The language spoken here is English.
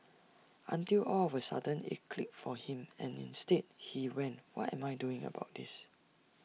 until all of A sudden IT clicked for him and instead he went what am I doing about this